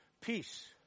peace